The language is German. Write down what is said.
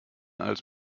als